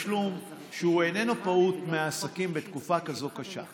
בתשלום שאינו פעוט בעסקים בתקופה כזו קשה,